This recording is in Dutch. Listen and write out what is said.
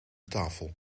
tafel